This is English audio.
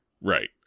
Right